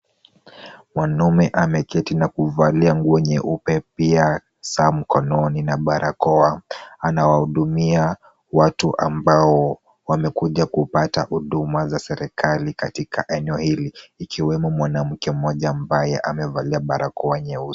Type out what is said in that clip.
Mwanaume ameketi na kuvalia nguo nyeupe pia saa mkononi na barakoa, anawahudumia watu ambao wamekuja kupata huduma za serikali katika eneo hili, ikiwemo mwanamke mmoja ambaye amevalia barakoa nyeusi.